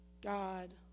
God